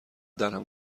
درهم